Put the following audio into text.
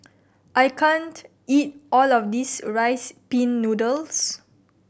I can't eat all of this Rice Pin Noodles